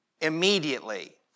immediately